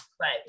right